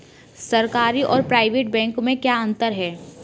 सरकारी और private bank में क्या अंतर है?